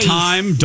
time